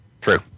True